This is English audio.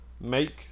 make